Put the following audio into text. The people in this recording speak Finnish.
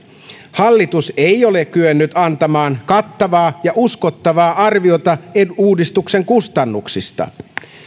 hallitus ei ole kyennyt antamaan kattavaa ja uskottavaa arviota uudistuksen kustannuksista